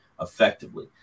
effectively